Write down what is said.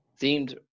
themed